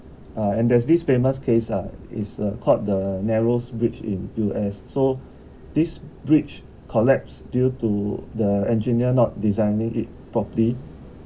uh and there's this famous case ah is uh caught the narrows bridge in U_S so this bridge collapse due to the engineer not designing it properly